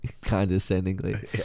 condescendingly